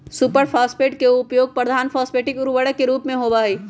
super phosphate के उपयोग प्रधान फॉस्फेटिक उर्वरक के रूप में होबा हई